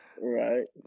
Right